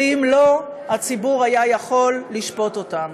ואם לא, הציבור היה יכול לשפוט אותם.